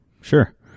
Sure